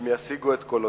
הם ישיגו את קולותיכם.